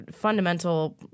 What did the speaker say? fundamental